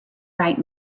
right